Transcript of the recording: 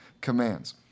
commands